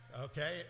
okay